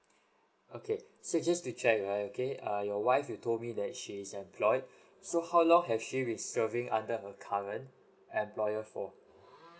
okay so just to check right okay err your wife you told me that she is employed so how long have she been serving under her current employer for